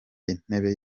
intebe